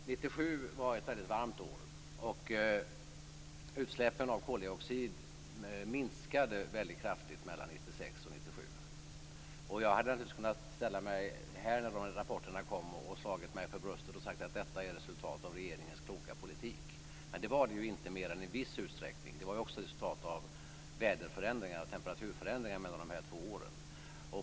Fru talman! 1997 var ett mycket varmt år, och utsläppen av koldioxid minskade mycket kraftigt mellan 1996 och 1997. Jag hade naturligtvis kunnat ställa mig här när dessa rapporter kom och slagit mig för bröstet och sagt att detta är ett resultat av regeringens kloka beslut. Men det var det ju inte mer än i viss utsträckning. Det var också ett resultat av väderförändringar och temperaturförändringar mellan dessa två år.